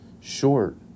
short